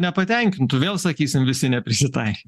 nepatenkintų vėl sakysim visi neprisitaik